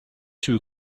two